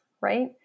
right